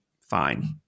fine